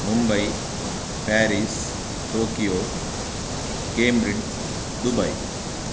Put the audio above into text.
Mumbai Paris Tokyo Cambridge Dubai